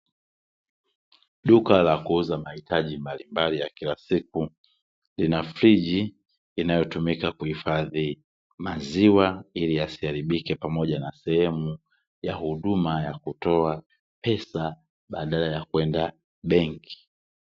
Duka la kuuza mahitaji mbalimbali ya kila siku, lina friji linalotumika kuhifadhi maziwa ili yasiharibike pamoja na sehemu ya huduma ya kutoa pesa, badala ya kwenda benki.